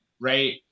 right